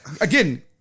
Again